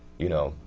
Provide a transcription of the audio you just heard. you know?